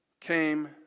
came